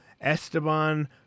Esteban